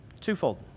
Twofold